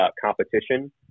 competition